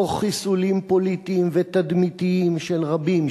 תוך חיסולים פוליטיים ותדמיתיים של רבים,